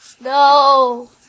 No